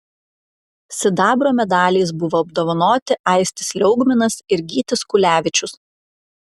sidabro medaliais buvo apdovanoti aistis liaugminas ir gytis kulevičius